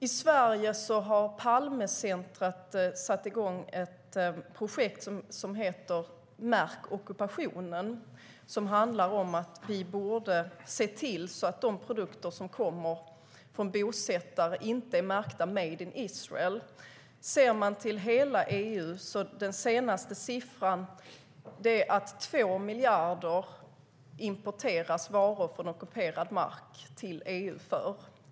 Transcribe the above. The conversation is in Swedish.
I Sverige har Palmecentret satt i gång ett projekt som heter Märk ockupationen. Det handlar om att vi borde se till att de produkter som kommer från bosättare inte är märkta Made in Israel. Om man ser till hela EU importeras varor för 2 miljarder från ockuperad mark, enligt den senaste siffran.